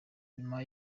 nyuma